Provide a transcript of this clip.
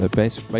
base